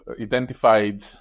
identified